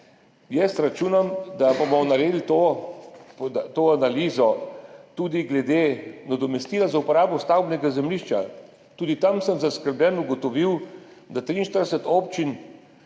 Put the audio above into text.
jaz računam, da bomo naredili analizo tudi glede nadomestila za uporabo stavbnega zemljišča. Tudi tu sem zaskrbljeno ugotovil, da 43 občin